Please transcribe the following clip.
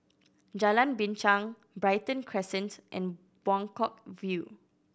Jalan Binchang Brighton Crescent and Buangkok View